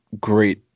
great